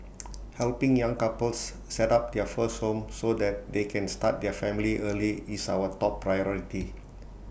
helping young couples set up their first home so that they can start their family early is our top priority